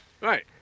Right